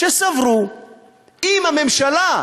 שסברו שאם הממשלה,